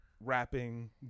rapping